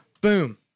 Boom